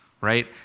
right